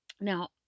Now